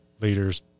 leaders